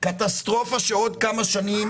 שעוד כמה שנים,